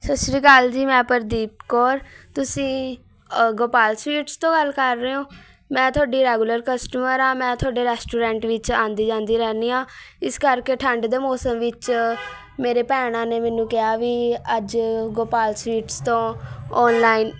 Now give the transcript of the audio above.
ਸਤਿ ਸ਼੍ਰੀ ਅਕਾਲ ਜੀ ਮੈਂ ਪ੍ਰਦੀਪ ਕੌਰ ਤੁਸੀਂ ਗੋਪਾਲ ਸਵੀਟਸ ਤੋਂ ਗੱਲ ਕਰ ਰਹੇ ਹੋ ਮੈਂ ਤੁਹਾਡੀ ਰੈਗੂਲਰ ਕਸਟਮਰ ਹਾਂ ਮੈਂ ਤੁਹਾਡੇ ਰੈਸਟੋਰੈਂਟ ਵਿੱਚ ਆਉਂਦੀ ਜਾਂਦੀ ਰਹਿੰਦੀ ਹਾਂ ਇਸ ਕਰਕੇ ਠੰਡ ਦੇ ਮੌਸਮ ਵਿੱਚ ਮੇਰੇ ਭੈਣਾਂ ਨੇ ਮੈਨੂੰ ਕਿਹਾ ਵੀ ਅੱਜ ਗੋਪਾਲ ਸਵੀਟਸ ਤੋਂ ਔਨਲਾਈਨ